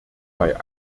bei